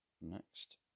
Next